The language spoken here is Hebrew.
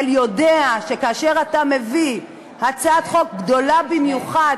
יודע שכאשר אתה מביא הצעת חוק גדולה במיוחד,